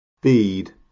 bead